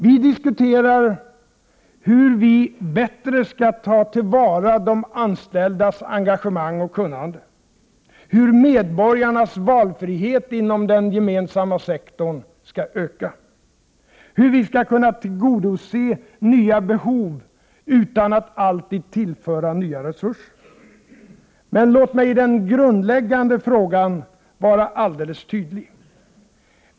Vi diskuterar: hur vi bättre skall ta till vara de anställdas engagemang och kunnande, hur medborgarnas valfrihet inom den gemensamma sektorn skall öka, hur vi skall kunna tillgodose nya behov utan att alltid tillföra nya resurser. Men låt mig i den grundläggande frågan vara alldeles tydlig.